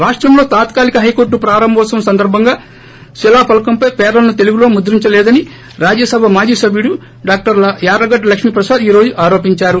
రాష్టంలో తాత్కాలిక హైకోర్లు ప్రారంభోత్సవం సందర్బంగా శిలాఫలకంపై పేర్లను తెల్లుగులో ముద్రించలేదని రాజ్యసభ మాజీ సభ్యుడు డాక్టర్ యార్లగడ్డ లక్షిప్రసాద్ ఈ రోజు ఆరోపించారు